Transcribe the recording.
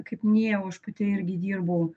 kaip minėjau aš pati irgi dirbau